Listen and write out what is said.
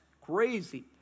crazy